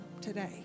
today